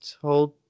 told –